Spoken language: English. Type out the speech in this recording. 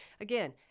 again